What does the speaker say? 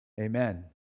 Amen